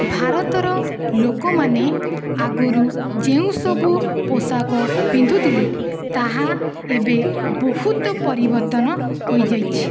ଭାରତର ଲୋକମାନେ ଆଗରୁ ଯେଉଁ ସବୁ ପୋଷାକ ପିନ୍ଧୁଥିଲେ ତାହା ଏବେ ବହୁତ ପରିବର୍ତ୍ତନ ହୋଇଯାଇଛି